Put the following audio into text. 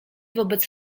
wobec